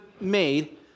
made